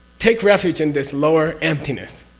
take refuge in this lower emptiness.